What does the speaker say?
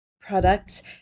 products